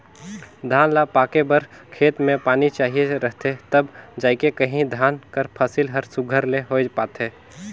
धान ल पाके बर खेत में पानी चाहिए रहथे तब जाएके कहों धान कर फसिल हर सुग्घर ले होए पाथे